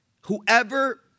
Whoever